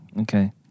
okay